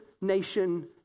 nation